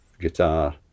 guitar